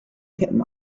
ketten